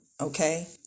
Okay